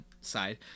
side